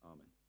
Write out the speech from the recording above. Amen